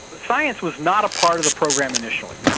science was not a part of the program initially.